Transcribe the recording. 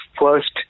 first